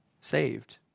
saved